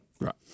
Right